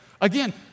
Again